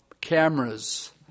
cameras